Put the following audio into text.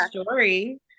story